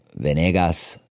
Venegas